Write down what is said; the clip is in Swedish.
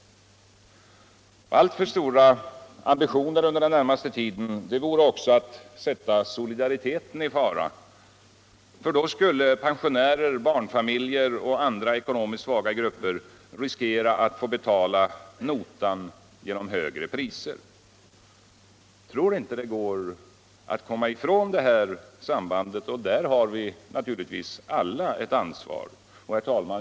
Alltför stora ambitioner under den närmaste tiden skulle också innebära att vi satte solidariteten i fara, eftersom då pensionärer, barnfamiljer och andra ekonomiskt svaga grupper skulle riskera att få betala notan genom högre priser. Jag tror inte att det går att komma ifrån det här sambandet, och där har vi naturligtvis alla ett ansvar. Herr taälman!